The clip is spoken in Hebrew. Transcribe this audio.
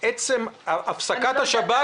עצם הפסקת השב"כ,